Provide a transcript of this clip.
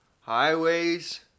highways